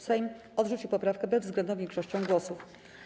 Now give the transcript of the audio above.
Sejm odrzucił poprawkę bezwzględną większością głosów.